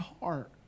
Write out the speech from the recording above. heart